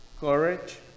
Courage